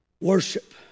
Worship